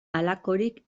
halakorik